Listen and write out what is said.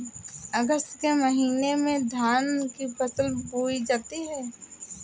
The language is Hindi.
अगस्त के महीने में धान की फसल बोई जाती हैं